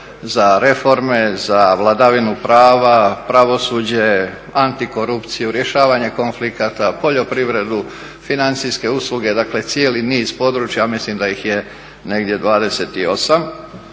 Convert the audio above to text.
za reforme, za vladavinu prava, pravosuđe, antikorupciju, rješavanje konflikata, poljoprivredu, financijske usluge. Dakle, cijeli niz područja, mislim da ih je negdje 28.